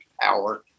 power